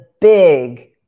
big